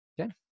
Okay